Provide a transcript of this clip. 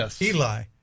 Eli